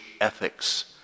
ethics